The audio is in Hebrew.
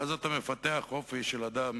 ואז אתה מפתח אופי של אדם